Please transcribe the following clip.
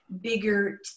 bigger